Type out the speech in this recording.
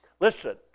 Listen